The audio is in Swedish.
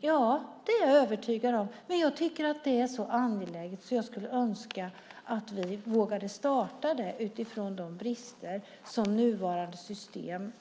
Ja, detta är jag övertygad om, men jag tycker att det är så angeläget att jag skulle önska att vi vågade starta en sådan med tanke på de brister som finns i det nuvarande systemet.